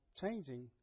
changing